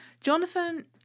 Jonathan